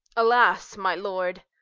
alas, my lord,